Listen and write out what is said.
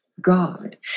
God